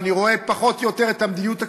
ואני רואה, פחות או יותר, את המדיניות הכלכלית,